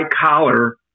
collar